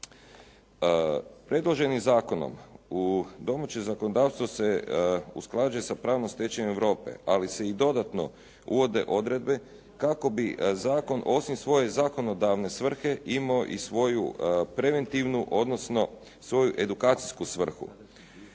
Predloženim zakonom u domaćem zakonodavstvu se usklađuje sa pravnom stečevinom Europe, ali se i dodatno uvode odredbe kako bi zakon osim svoje zakonodavne svrhe imao i svoju preventivnu odnosno svoju edukacijsku svrhu.